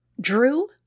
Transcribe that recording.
Drew